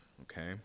okay